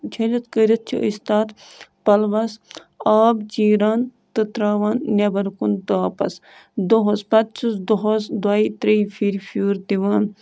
چھٔلِتھ کٔرِتھ چھِ أسۍ تَتھ پَلوَس آب چیٖران تہٕ تراوان نٮ۪بَر کُن تاپَس دۄہَس پَتہٕ چھُس دۄہَس دۄیہِ تریٚیہِ پھِرِ پھیُر دِوان